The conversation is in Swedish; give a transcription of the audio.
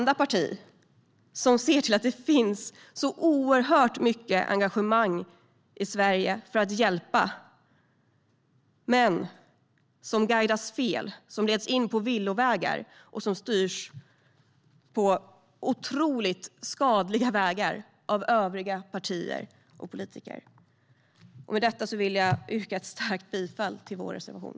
Det finns oerhört mycket engagemang i Sverige för att hjälpa, men det guidas fel, leds in på villovägar och styrs in på otroligt skadliga vägar av övriga partier och politiker. Med detta vill jag yrka ett starkt bifall till vår reservation.